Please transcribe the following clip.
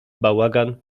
bałagan